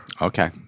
Okay